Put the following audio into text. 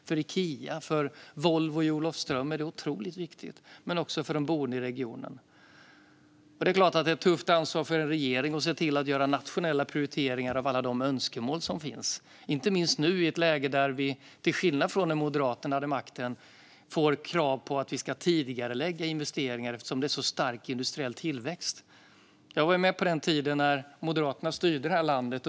För Ikea och för Volvo i Olofström är det otroligt viktigt, men också för de boende i regionen. Det är klart att det är ett tufft ansvar för en regering att se till att göra nationella prioriteringar av alla de önskemål som finns, inte minst nu i ett läge där vi till skillnad från när Moderaterna hade makten får krav på att vi ska tidigarelägga investeringar eftersom det är en så stark industriell tillväxt. Jag var med på den tiden när Moderaterna styrde det här landet.